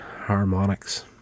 harmonics